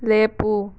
ꯂꯦꯞꯄꯨ